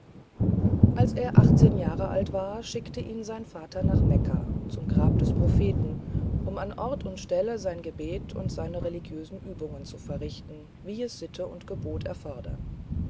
als er achtzehn jahre alt war schickte ihn sein vater nach mekka zum grab des propheten um an ort und stelle sein gebet und seine religiösen übungen zu verrichten wie es sitte und gebot erfordern